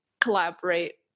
collaborate